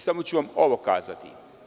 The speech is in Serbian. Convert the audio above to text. Samo ću vam ovo kazati.